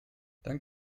dank